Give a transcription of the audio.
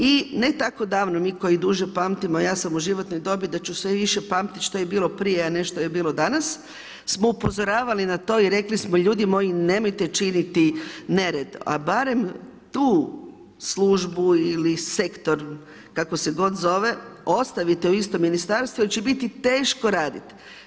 I ne tako davno mi koji duže pamtimo, a ja sam u životnoj dobi da ću sve više pamtiti što je bilo prije, a ne što je bilo danas smo upozoravali na to i rekli smo, ljudi moji nemojte činiti nered, ali barem tu službu ili sektor kao se god zove ostavite u istom ministarstvu jer će biti teško radit.